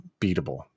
beatable